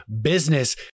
business